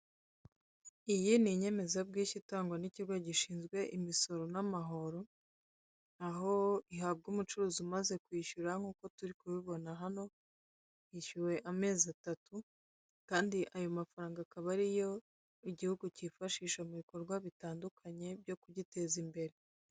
Iyi n'inyemezabwishyu itangwa n'ikigo gishinzwe imisoro n'amahoro, aho ihabwa umucuruzi umaze kwishyura nkuko turi kubibona hano, hishyuwe amezi atatu kandi ayo mafaranga akaba ariyo igihugu kifashisha mu bikorwa bitandukanye byo kugiteza imbere.